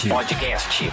Podcast